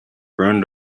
burned